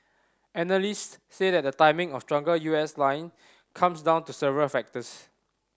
analysts say that the timing of stronger U S line comes down to several factors